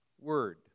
Word